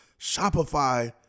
Shopify